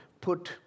put